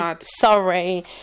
sorry